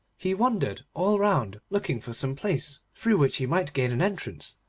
he wandered all round looking for some place through which he might gain an entrance,